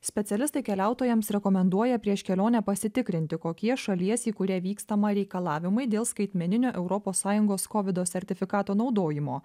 specialistai keliautojams rekomenduoja prieš kelionę pasitikrinti kokie šalies į kurią vykstama reikalavimai dėl skaitmeninio europos sąjungos kovido sertifikato naudojimo